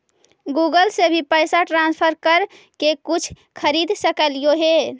Google से भी पैसा ट्रांसफर कर के कुछ खरिद सकलिऐ हे?